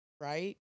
Right